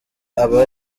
aba